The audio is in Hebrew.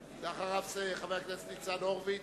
ואחריו, חבר הכנסת ניצן הורוביץ.